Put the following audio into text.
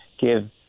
give